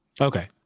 Okay